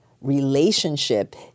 relationship